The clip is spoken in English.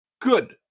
Good